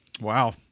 Wow